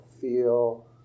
feel